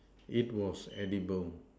it was edible